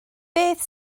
beth